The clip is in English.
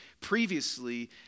previously